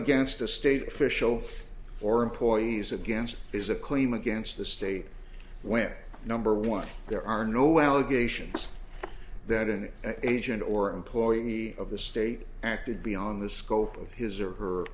against a state official or employees against is a claim against the state when number one there are no allegations that an agent or employee of the state acted beyond the scope of his or her